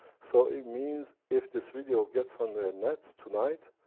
so it means, if this video gets on the and net, tonight,